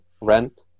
rent